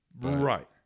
Right